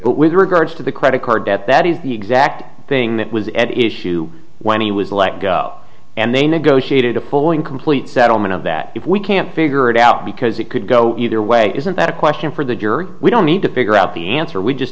with regards to the credit card debt that is the exact thing that was ed issue when he was let go and they negotiated a full and complete settlement of that if we can't figure it out because it could go either way isn't that a question for the jury we don't need to figure out the answer we just